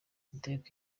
itegeko